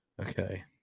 Okay